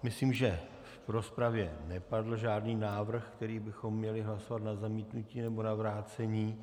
Myslím, že v rozpravě nepadl žádný návrh, který bychom měli hlasovat na zamítnutí nebo na vrácení.